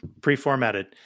pre-formatted